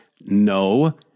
No